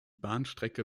bahnstrecke